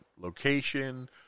location